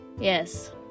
Yes